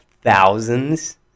thousands